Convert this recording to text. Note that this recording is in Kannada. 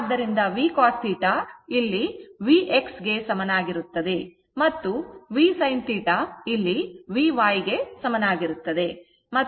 ಆದ್ದರಿಂದ v cos θ ಇಲ್ಲಿ v x ಗೆ ಸಮನಾಗಿರುತ್ತದೆ ಮತ್ತು v sin θ ಇದು v y ಗೆ ಸಮನಾಗಿರುತ್ತದೆ